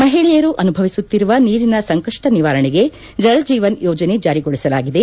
ಮಹಿಳೆಯರು ಅನುಭವಿಸುತ್ತಿರುವ ನೀರಿನ ಸಂಕಪ್ಪ ನಿವಾರಣೆಗೆ ಜಲ ಜೀವನ್ ಯೋಜನೆ ಜಾರಿಗೊಳಿಸಲಾಗಿದೆ